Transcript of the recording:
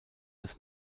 des